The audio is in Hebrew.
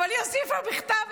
אבל היא הוסיפה את זה בכתב.